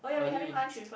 early